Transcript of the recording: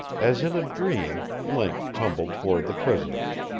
as in a dream link tumbled toward the prisoners.